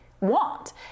Want